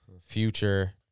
Future